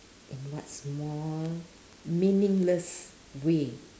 in what small meaningless way